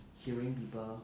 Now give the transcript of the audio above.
hearing people